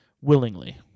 willingly